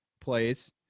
plays